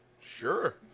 Sure